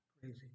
Crazy